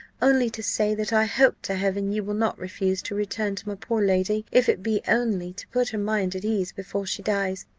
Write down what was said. only to say, that i hope to heaven you will not refuse to return to my poor lady, if it be only to put her mind at ease before she dies.